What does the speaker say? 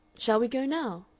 shall we go now?